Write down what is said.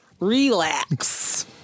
Relax